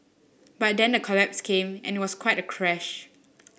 but then the collapse came and it was quite a crash